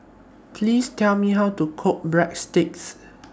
Please Tell Me How to Cook Breadsticks